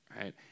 right